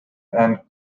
and